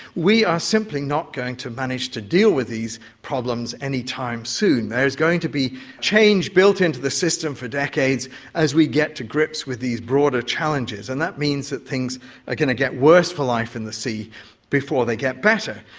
we are simply not going to manage to deal with these problems anytime soon. there is going to be change built into the system for decades as we get to grips with these broader challenges, and that means that things are going to get worse for life in the sea before they get better.